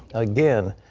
again,